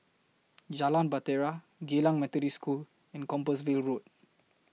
Jalan Bahtera Geylang Methodist School and Compassvale Road